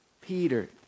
Peter